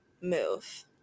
move